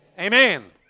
Amen